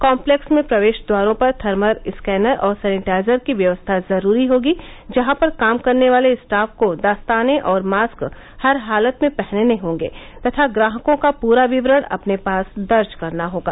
complex में प्रवेश द्वारों पर थर्मल स्कैनर और सैनिटाइजर की व्यवस्था जरूरी होगी जहां पर काम करने वाले स्टाफ को दस्ताने और मास्क हर हालत में पहनने होंगे तथा ग्राहकों का पूरा विवरण अपने पास दर्ज करना होगा